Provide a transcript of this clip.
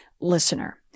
listener